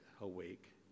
awake